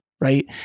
right